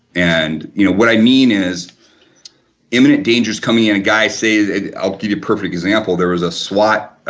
and you know what i mean is imminent danger is coming and a guy says i'll give you a perfect example. there is a swat,